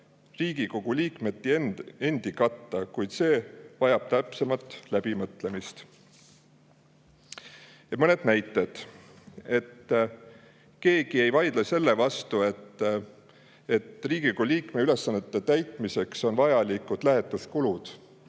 Riigikogu liikmete endi katta, kuid see vajab täpsemat läbimõtlemist. Mõned näited. Keegi ei vaidle selle vastu, et Riigikogu liikme ülesannete täitmiseks on vajalikud lähetuskulud